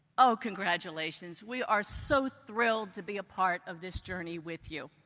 oh, congratulations, we are so thrilled to be a part of this journey with you.